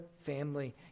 family